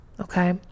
Okay